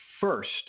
first